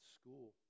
school